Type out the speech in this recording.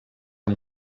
amb